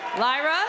Lyra